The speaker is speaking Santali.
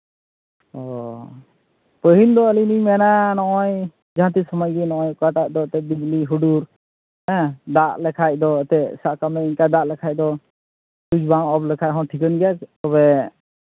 ᱚ ᱯᱟᱹᱦᱤᱞ ᱫᱚ ᱟᱹᱞᱤᱧ ᱞᱤᱧ ᱢᱮᱱᱟ ᱱᱚᱜᱼᱚᱭ ᱡᱟᱦᱟᱸ ᱛᱤᱸᱥ ᱠᱷᱚᱱᱟᱜ ᱜᱮ ᱱᱚᱜᱼᱚᱭ ᱚᱠᱟᱴᱟᱜ ᱫᱚ ᱮᱱᱛᱮᱜ ᱵᱤᱡᱽᱞᱤ ᱦᱩᱰᱩᱨ ᱦᱮᱸ ᱫᱟᱜ ᱞᱮᱠᱷᱟᱡ ᱫᱚ ᱮᱱᱛᱮᱜ ᱥᱟᱵ ᱠᱟᱜ ᱢᱮ ᱤᱱᱠᱟ ᱰᱟᱜ ᱞᱮᱠᱷᱟᱡ ᱫᱚ ᱥᱩᱭᱤᱡ ᱵᱟᱝ ᱚᱯᱷ ᱞᱮᱠᱷᱟᱱ ᱦᱚᱸ ᱴᱷᱤᱠᱟᱹᱱ ᱜᱮᱭᱟ ᱛᱚᱵᱮ